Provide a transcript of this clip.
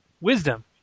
Wisdom